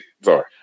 Sorry